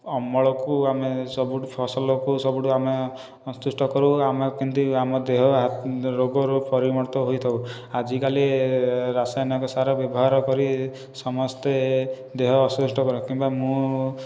ଅମଳକୁ ଆମେ ସବୁଠାରୁ ଫସଲକୁ ସବୁଠାରୁ ଆମେ ସନ୍ତୁଷ୍ଟ କରୁ ଆମ କେମିତି ଆମ ଦେହ ହାତ ରୋଗରୁ ପରିମୁକ୍ତ ହୋଇଥାଉ ଆଜିକାଲି ରାସାୟନିକ ସାର ବ୍ୟବହାର କରି ସମସ୍ତେ ଦେହ ଅସୁସ୍ଥ ରୁହେ କିମ୍ବା ମୁଁ